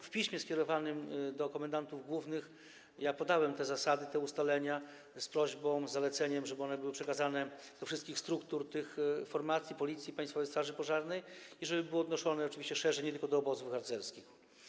W piśmie skierowanym do komendantów głównych podałem te zasady, ustalenia z prośbą, z zaleceniem, żeby one były przekazane do wszystkich struktur i formacji: Policji, Państwowej Straży Pożarnej, i żeby były odnoszone oczywiście szerzej, nie tylko do obozów harcerskich.